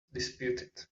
disputed